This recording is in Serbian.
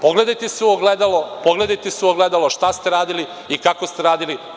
Pogledajte se u ogledalo, pogledajte se u ogledalo šta ste radili i kako ste radili.